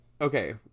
okay